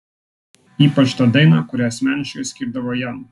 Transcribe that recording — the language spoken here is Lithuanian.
ypač tą dainą kurią asmeniškai skirdavo jam